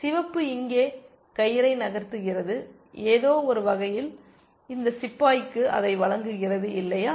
சிவப்பு இங்கே கயிறை நகர்த்துகிறது ஏதோ ஒரு வகையில் இந்த சிப்பாய்க்கு அதை வழங்குகிறது இல்லையா